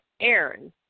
Aaron